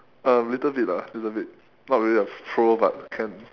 um little bit lah little bit not really a throw but can